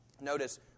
Notice